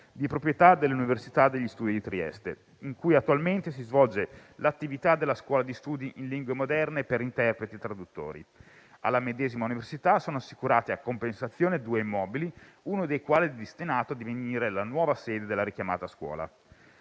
di proprietà dell'Università degli studi di Trieste, in cui attualmente si svolge l'attività della scuola di studi in lingue moderne per interpreti e traduttori. Alla medesima università sono assicurate, a compensazione, due immobili, uno dei quali destinato a divenire la nuova sede della richiamata scuola.